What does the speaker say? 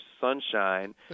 sunshine